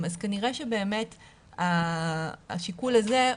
כנראה שבאמת השיקול הזה,